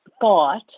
thought